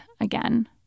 again